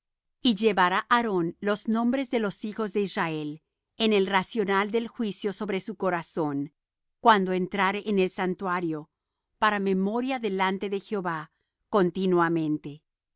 y llevará aarón los nombres de los hijos de israel en el racional del juicio sobre su corazón cuando entrare en el santuario para memoria delante de jehová continuamente y